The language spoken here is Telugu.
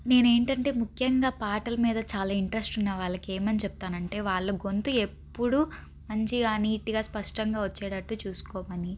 నేను ఏంటంటే ముఖ్యంగా పాటల మీద చాలా ఇంట్రెస్ట్ ఉన్న వాళ్ళకి ఏమని చెప్తానంటే వాళ్ళ గొంతు ఎప్పుడు మంచిగా నీట్గా స్పష్టంగా వచ్చేటట్టు చూసుకోమని